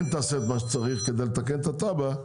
תעשה את מה שצריך כדי לתקן את התב"ע,